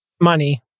money